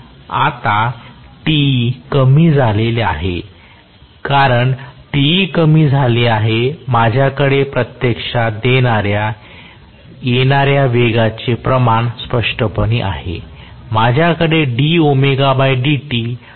आता Te कमी झाले आहे कारण Te कमी झाले आहे माझ्याकडे प्रत्यक्षात देण्यात येणाऱ्या वेगाचे प्रमाण स्पष्टपणे आहे माझ्याकडे नकारात्मक होणार आहे